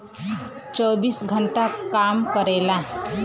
चौबीस घंटा काम करेला